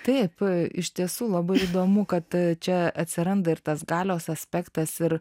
taip iš tiesų labai įdomu kad čia atsiranda ir tas galios aspektas ir